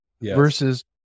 versus